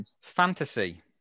Fantasy